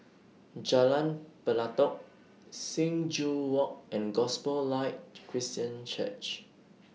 Jalan Pelatok Sing Joo Walk and Gospel Light Christian Church